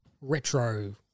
Retro